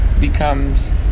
becomes